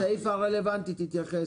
בסעיף הרלוונטי תתייחס.